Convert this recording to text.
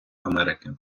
америки